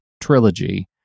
trilogy